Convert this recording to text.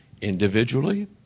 individually